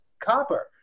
copper